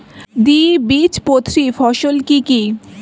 দ্বিবীজপত্রী ফসল কি কি?